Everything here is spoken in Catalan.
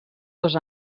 dos